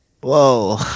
Whoa